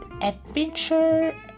Adventure